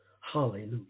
hallelujah